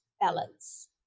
balance